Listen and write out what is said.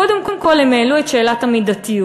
קודם כול הם העלו את שאלת המידתיות,